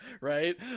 right